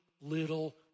little